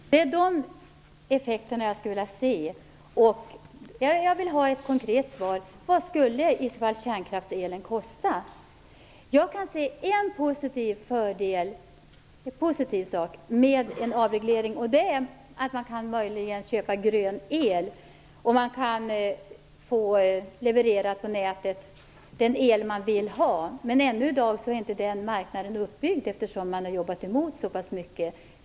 Herr talman! Det är de effekterna jag skulle vilja se. Jag vill ha ett konkret svar: Vad skulle kärnkraftselen kosta? Jag kan se en positiv sak med en avreglering. Det är att man möjligen kan köpa grön el, man kan få levererad på nätet den el man vill ha. Men den marknaden är ännu inte uppbyggd - den har motarbetats så mycket.